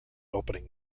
opening